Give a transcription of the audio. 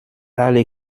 alle